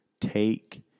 Take